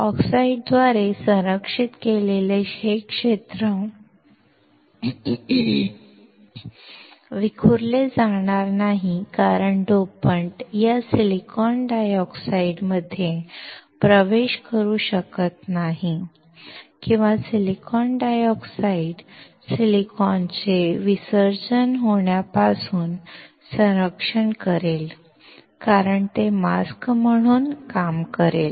ऑक्साईडद्वारे संरक्षित केलेले हे क्षेत्र विखुरले जाणार नाही कारण डोपंट या सिलिकॉन डायऑक्साइडमध्ये प्रवेश करू शकत नाही किंवा सिलिकॉन डायऑक्साइड सिलिकॉनचे विसर्जन होण्यापासून संरक्षण करेल कारण ते मास्क म्हणून काम करेल